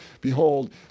behold